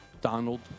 Donald